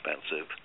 expensive